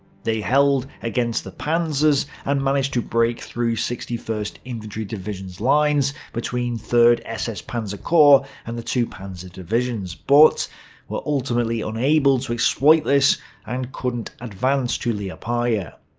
they held against the panzers, and managed to break through sixty first infantry division's lines between third ss panzer corps and the two panzer divisions, but were ultimately unable to exploit this and couldn't advance to liepaja.